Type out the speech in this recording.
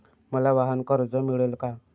मला वाहनकर्ज मिळेल का?